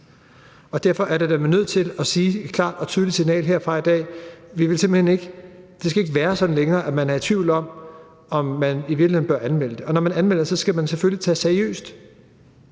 Derfor er vi nødt til at sende et klart og tydeligt signal herfra i dag om, at det ikke længere skal være sådan, at man er i tvivl om, om man i virkeligheden bør anmelde det. Og når man anmelder det, skal det selvfølgelig tages seriøst.